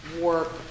work